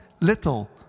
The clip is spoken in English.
little